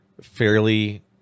fairly